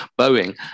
Boeing